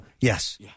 Yes